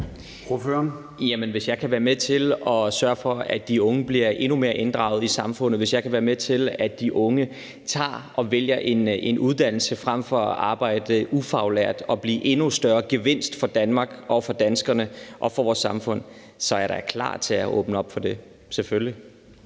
Hvis jeg kan være med til at sørge for, at de unge bliver endnu mere inddraget, og hvis jeg kan være med til, at de unge tager og vælger en uddannelse frem for at arbejde ufaglært, og at de bliver endnu større gevinst for Danmark, for danskerne og for vores samfund, så er jeg da klar til at åbne op for det, selvfølgelig.